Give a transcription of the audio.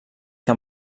que